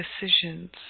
decisions